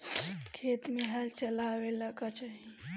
खेत मे हल चलावेला का चाही?